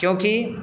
क्योंकि